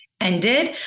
ended